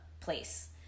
place